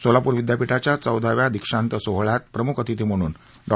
सोलापूर विद्यापीठाच्या चौदाव्या दीक्षांत सोहळ्यात प्रमुख अतिथी म्हणून डॉ